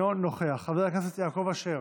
אינו נוכח, חבר הכנסת יעקב אשר,